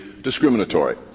discriminatory